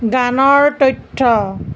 গানৰ তথ্য